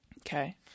Okay